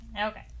okay